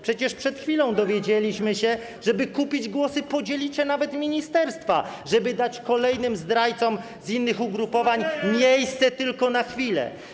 Przecież przed chwilą dowiedzieliśmy się, że aby kupić głosy, podzielicie nawet ministerstwa, żeby dać kolejnym zdrajcom z innych ugrupowań miejsce tylko na chwilę.